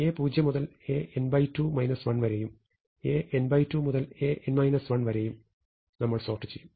A0 മുതൽ An2 1 വരെയും An2 മുതൽ An 1 വരെയും ഞങ്ങൾ സോർട്ട് ചെയ്യും